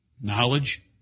Knowledge